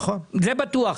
זה בטוח.